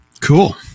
Cool